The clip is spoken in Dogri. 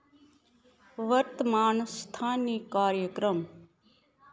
वर्तमान स्थानी कार्यक्रम